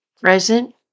present